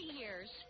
years